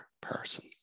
person